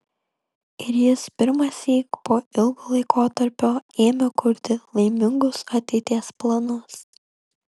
ir jis pirmąsyk po ilgo laikotarpio ėmė kurti laimingus ateities planus